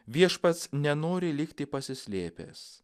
viešpats nenori likti pasislėpęs